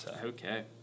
Okay